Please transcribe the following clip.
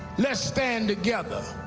let's stand together.